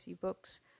Books